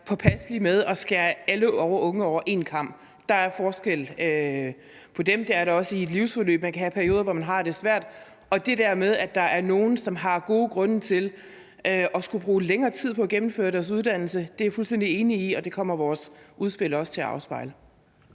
være påpasselige med at skære alle unge over en kam. Der er forskel på dem, og det er der også i et livsforløb. Man kan have perioder, hvor man har det svært. Og det der med, at der er nogle, som har gode grunde til at skulle bruge længere tid på at gennemføre deres uddannelse, er jeg fuldstændig enig i, og det kommer vores udspil også til at afspejle.